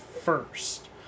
first